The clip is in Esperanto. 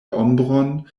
ombron